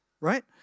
Right